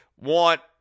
want